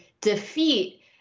defeat